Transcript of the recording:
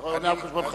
אתה עונה על-חשבונך.